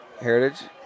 Heritage